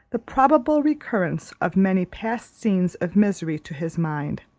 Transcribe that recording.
the probable recurrence of many past scenes of misery to his mind,